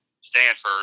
Stanford